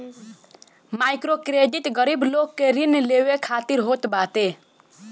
microcredit गरीब लोग के ऋण लेवे खातिर होत बाटे